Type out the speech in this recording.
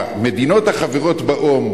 המדינות החברות באו"ם,